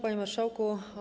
Panie Marszałku!